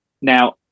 now